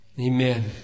Amen